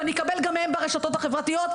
ואני אקבל גם מהם ברשתות החברתיות.